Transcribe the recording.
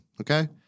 okay